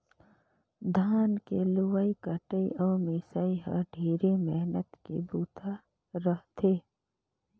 धान के लुवई कटई अउ मिंसई ह ढेरे मेहनत के बूता रह थे